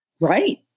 Right